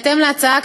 בהתאם להצעה,